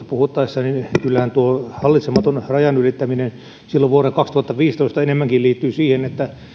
puhuttaessa kyllähän tuo hallitsematon rajan ylittäminen silloin vuonna kaksituhattaviisitoista enemmänkin liittyi siihen että